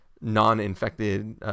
non-infected